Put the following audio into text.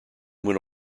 went